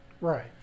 right